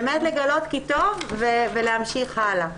באמת לגלות כי טוב ולהמשיך הלאה.